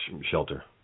shelter